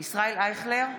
ישראל אייכלר,